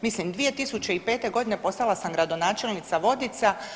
Mislim 2005. godine postala sam gradonačelnica Vodica.